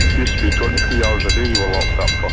used to be twenty three hours a day you were locked up for.